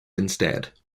instead